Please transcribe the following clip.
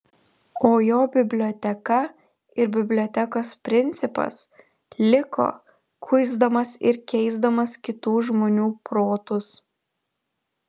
o jo biblioteka ir bibliotekos principas liko kuisdamas ir keisdamas kitų žmonių protus